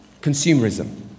consumerism